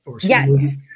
Yes